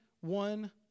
one